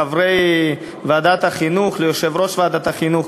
לחברי ועדת החינוך, ליושב-ראש ועדת החינוך.